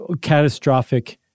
catastrophic